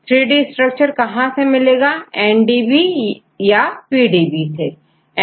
3D structure कहां से मिल सकता है